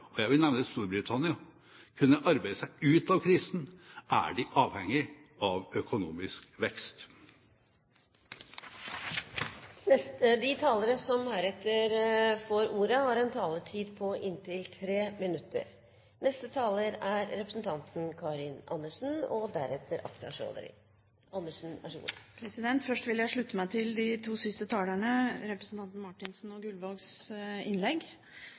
og jeg vil nevne Storbritannia – kunne arbeide seg ut av krisen, er de avhengig av økonomisk vekst. De talere som heretter får ordet, har en taletid på inntil 3 minutter. Først vil jeg slutte meg til innleggene til de to siste talerne, representantene Marthinsen og Gullvåg. Det er veldig viktige temaer. Jeg vil